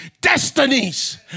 destinies